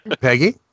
Peggy